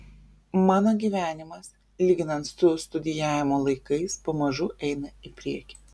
mano gyvenimas lyginant su studijavimo laikais pamažu eina į priekį